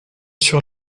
sur